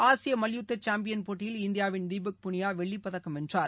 ஆசியமல்யுத்தசாம்பியன் போட்டியில் இந்தியாவின் தீபக் புனியாவெள்ளிப் பதக்கம் வென்றார்